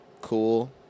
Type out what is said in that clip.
Cool